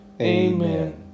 Amen